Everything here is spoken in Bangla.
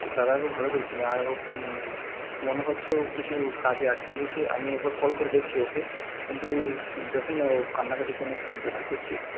ওর দাদাকে ও ভালো করে চেনে আর ও মনে হচ্ছে ও কিছু কাজে আটকে গিয়েছে আমি একবার কল করে দেখছি ওকে কিন্তু দেখুন না ও কান্নাকাটি অনেক বেশি করছে